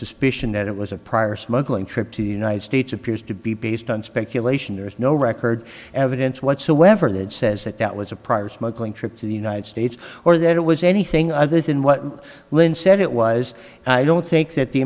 suspicion that it was a prior smuggling trip to the united states appears to be based on speculation there is no record evidence whatsoever that says that that was a prior smuggling trip to the united states or that it was anything other than what lynn said it was i don't think that the